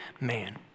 man